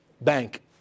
bank